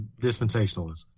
dispensationalism